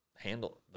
handle